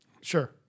Sure